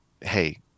hey